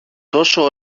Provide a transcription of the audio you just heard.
τόσο